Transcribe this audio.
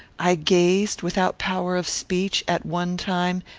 i gazed, without power of speech, at one time,